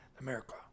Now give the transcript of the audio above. America